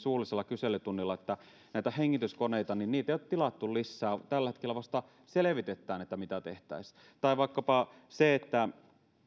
suullisella kyselytunnilla että näitä hengityskoneita ei ole tilattu lisää tällä hetkellä vasta selvitetään mitä tehtäisiin tai oli vaikkapa se että